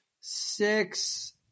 six